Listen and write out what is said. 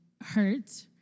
hurt